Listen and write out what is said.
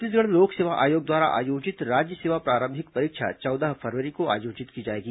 छत्तीसगढ़ लोक सेवा आयोग द्वारा आयोजित राज्य सेवा प्रारंभिक परीक्षा चौदह फरवरी को आयोजित की जाएगी